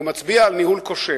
הוא מצביע על ניהול כושל.